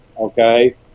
okay